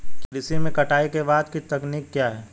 कृषि में कटाई के बाद की तकनीक क्या है?